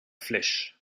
flèche